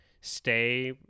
stay